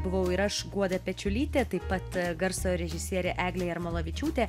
buvau ir aš guoda pečiulytė taip pat garso režisierė eglė jarmolavičiūtė